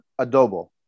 adobo